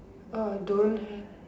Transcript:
orh don't have